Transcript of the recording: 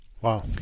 Wow